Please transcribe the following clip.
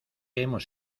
hemos